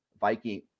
Viking